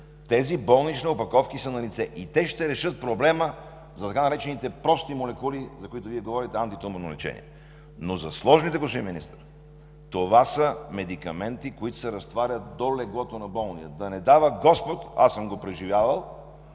тези болнични опаковки са налице и те ще решат проблема за така наречените прости молекули, за които Вие говорите, за антитуморно лечение, но за сложните, господин Министър, това са медикаменти, които се разтварят до леглото на болния. Да не дава господ, аз съм го преживявал,